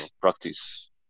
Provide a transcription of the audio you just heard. practice